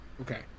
Okay